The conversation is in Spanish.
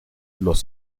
los